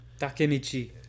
Takemichi